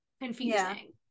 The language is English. confusing